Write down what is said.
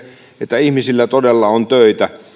että ihmisillä todella on töitä